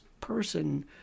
person